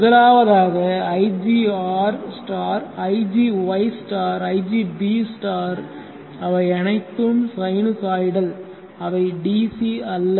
முதலாவதாக igR igY igB அவை அனைத்தும் சைனூசாய்டல் அவை DC அல்ல